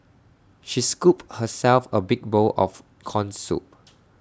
she scooped herself A big bowl of Corn Soup